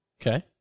Okay